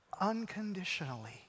unconditionally